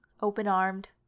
open-armed